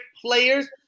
players